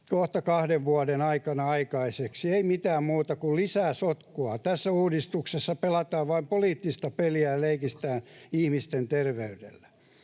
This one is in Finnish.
kohta kahden vuoden aikana aikaiseksi? Ei mitään muuta kuin lisää sotkua. Tässä uudistuksessa pelataan vain poliittista peliä ja leikitään ihmisten terveydellä.